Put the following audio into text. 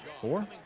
four